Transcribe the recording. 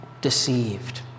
deceived